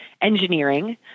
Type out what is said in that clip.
engineering